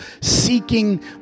seeking